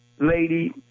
lady